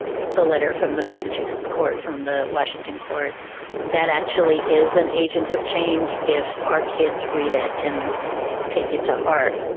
the letter from the massachusetts court, from the washington court that actually is an agent of change if our kids read it and take it to heart.